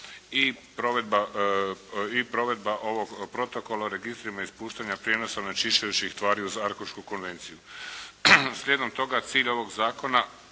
i provedba ovog Protokola o registrima ispuštanja i prijenosa onečišćujućih tvari uz Arhušku konvenciju. Slijedom toga, cilj ovog zakona